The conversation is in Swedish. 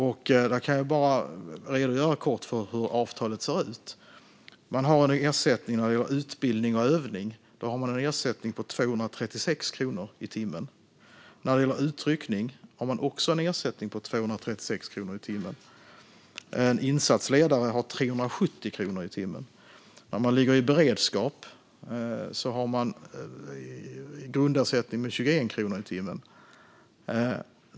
Låt mig redogöra kort för hur avtalet ser ut. Man har en ersättning för utbildning och övning med 236 kronor i timmen. För utryckning har man också en ersättning med 236 kronor i timmen. En insatsledare har 370 kronor i timmen. När man ligger i beredskap har man en grundersättning med 21 kronor i timmen.